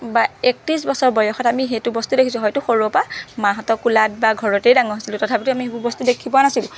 বা একত্ৰিছ বছৰ বয়সত আমি সেইটো বস্তু দেখিছো হয়তো সৰুৰে পৰা মাহঁতৰ কোলাত বা ঘৰতেই ডাঙৰ হৈছিলো তথাপিতো আমি সেইবোৰ বস্তু দেখি পোৱা নাছিলো